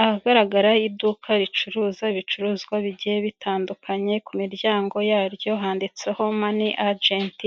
Ahagaragara iduka ricuruza ibicuruzwa bigiye bitandukanye, ku miryango yaryo handitseho money agent,